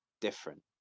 different